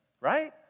right